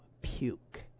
puke